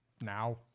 Now